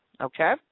Okay